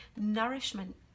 nourishment